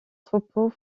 troupeau